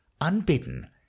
unbidden